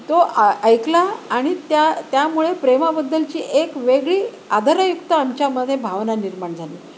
तो आ ऐकला आणि त्या त्यामुळे प्रेमाबद्दलची एक वेगळी आदरयुक्त आमच्यामध्ये भावना निर्माण झाली